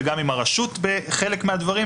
וגם עם הרשות בחלק מהדברים.